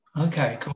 Okay